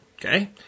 Okay